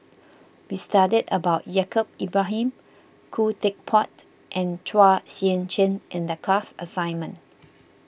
we studied about Yaacob Ibrahim Khoo Teck Puat and Chua Sian Chin in the class assignment